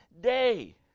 day